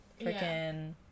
freaking